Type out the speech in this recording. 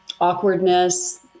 awkwardness